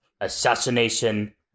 assassination